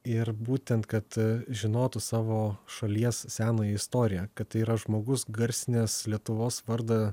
ir būtent kad žinotų savo šalies senąją istoriją kad tai yra žmogus garsinęs lietuvos vardą